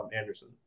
Anderson